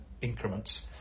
increments